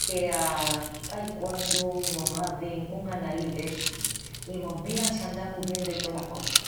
que a caiquandu mos hazin un analís d'essus i mos miran si andamus bien de tolas cosas.